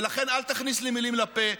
ולכן, אל תכניס לי מילים לפה.